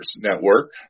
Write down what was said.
Network